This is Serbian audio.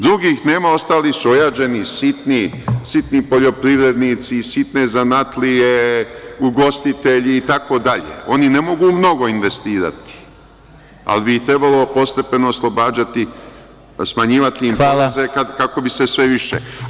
Drugih nema, ostali su ojađeni, sitni poljoprivrednici, sitne zanatlije, ugostitelji itd, oni ne mogu mnogo investirati, ali bi ih trebalo postepeno oslobađati, smanjivati im poreze kako bi se sve više…